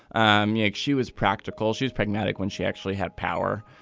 um yeah she was practical she's pragmatic when she actually had power.